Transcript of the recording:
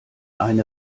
eine